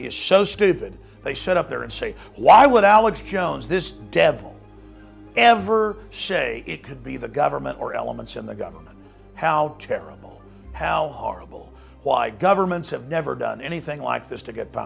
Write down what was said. is so stupid they set up there and say why would alex jones this devil ever say it could be the government or elements in the government how terrible how horrible why governments have never done anything like this to get by